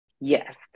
Yes